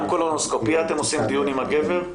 גם בקולונוסקופיה אתם עושים דיון עם הגבר?